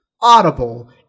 audible